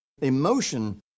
emotion